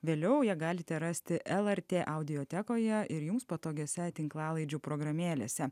vėliau ją galite rasti lrt audiotekoje ir jums patogiose tinklalaidžių programėlėse